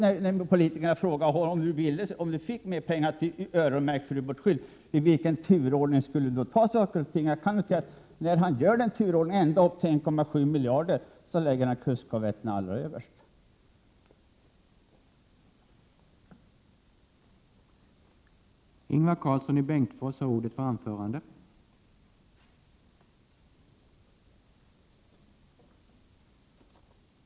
När däremot politiker frågar vad han vill göra om han fick mer pengar öronmärkta för ubåtsskydd och frågar i vilken turordning han då skulle ta saker och ting, då placerar han — i den turordning han anger ända upp till 1,7 miljarder — kustkorvetterna som det minst angelägna. det mot främmande undervattensverksamhet